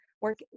work